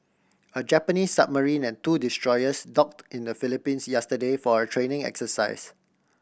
a Japanese submarine and two destroyers docked in the Philippines yesterday for a training exercise